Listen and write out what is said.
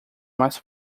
mais